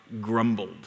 grumbled